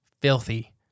filthy